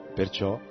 perciò